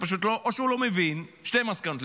שתי מסקנות,